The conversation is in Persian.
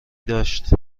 داشت